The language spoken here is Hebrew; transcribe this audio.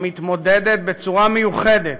המתמודדת בצורה מיוחדת